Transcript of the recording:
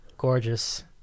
Gorgeous